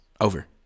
Over